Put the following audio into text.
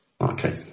Okay